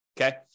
okay